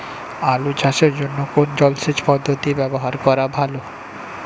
আলু চাষের জন্য কোন জলসেচ পদ্ধতি ব্যবহার করা ভালো?